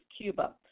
Cuba